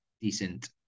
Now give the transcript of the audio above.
decent